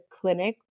clinic